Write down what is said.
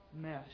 mesh